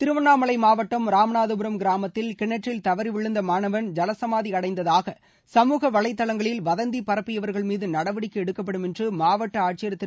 திருவண்ணாமலை மாவட்டம் ராமநாதபுரம் கிராமத்தில் கிணற்றில் தவறி விழுந்த மாணவன் ஜலசமாதி அடைந்ததாக சமூக வளைதவங்களில் வதந்தி பரப்பியவர்கள் மீது நடவடிக்கை எடுக்கப்படும் என்று மாவட்ட ஆட்சியர் திரு